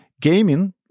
gaming